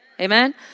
Amen